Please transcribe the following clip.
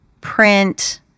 print